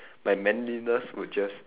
my manliness would just